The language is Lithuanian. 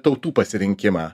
tautų pasirinkimą